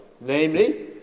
Namely